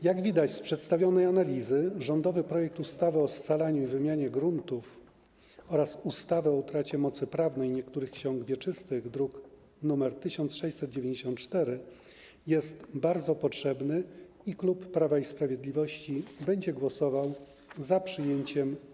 Jak widać z przedstawionej analizy, rządowy projekt ustawy o scalaniu i wymianie gruntów oraz ustawy o utracie mocy prawnej niektórych ksiąg wieczystych, druk nr 1694, jest bardzo potrzebny i klub Prawo i Sprawiedliwość będzie głosował za jego przyjęciem.